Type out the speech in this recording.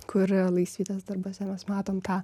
kur laisvydės darbuose mes matom tą